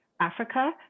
Africa